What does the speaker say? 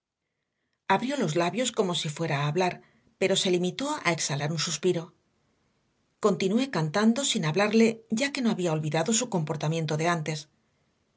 abrió los labios como si fuera a hablar pero se limitó a exhalar un suspiro continué cantando sin hablarle ya que no había olvidado su comportamiento de antes